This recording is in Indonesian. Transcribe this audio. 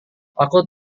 aku